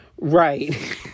Right